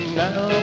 now